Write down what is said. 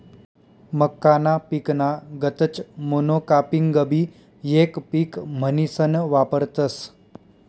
मक्काना पिकना गतच मोनोकापिंगबी येक पिक म्हनीसन वापरतस